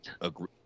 agree